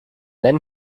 then